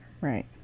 Right